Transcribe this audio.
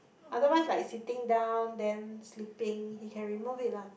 otherwise like sitting down then sleeping he can remove it lah